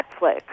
Netflix